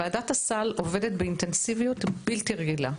ועדת הסל עובדת באינטנסיביות בלתי רגילה.